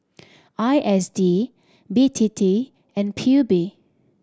I S D B T T and P U B